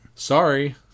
Sorry